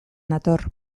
nator